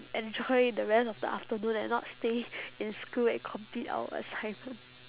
enjoy the rest of the afternoon and not stay in school and complete our assignment